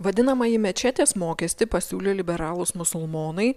vadinamąjį mečetės mokestį pasiūlė liberalūs musulmonai